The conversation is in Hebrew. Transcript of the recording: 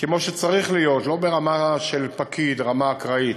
כמו שצריך להיות, לא ברמה של פקיד, רמה אקראית,